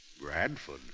Bradford